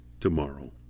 tomorrow